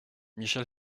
michel